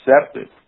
accepted